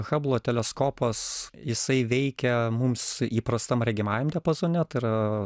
hablo teleskopas jisai veikia mums įprastam regimajam diapazone tai yra